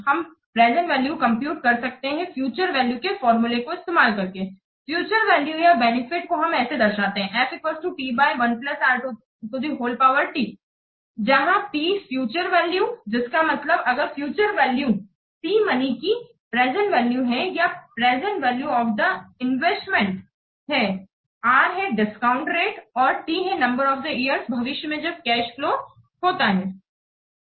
हम present value कंप्यूटकर सकते हैं फ्यूचर वैल्यू के फॉर्मूला को इस्तेमाल करके फ्यूचर वैल्यू या बेनिफिट को हम ऐसे दर्शाते हैं जहां P फ्यूचर वैल्यू जिसका मतलब अगर फ्यूचर वैल्यू P मनी की प्रेजेंट वैल्यू है या present value of the investment है r है डिस्काउंट रेटऔर t है नंबर ऑफ इयर्स भविष्य में जब कैश फ्लो होता है